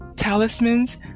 talismans